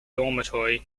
dormitory